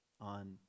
on